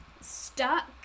stuck